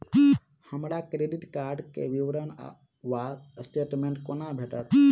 हमरा credit card केँ विवरण वा स्टेटमेंट कोना भेटत?